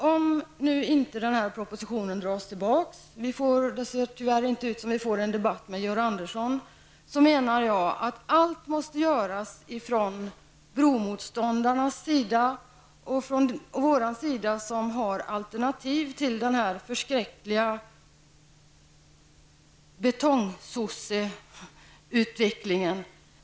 Om propositionen inte dras tillbaka -- det ser tyvärr inte ut som om vi får en debatt med Georg Andersson om det -- menar jag att allt måste göras från bromotståndarnas sida och från oss som har alternativ till denna förskräckliga betongsosseutveckling.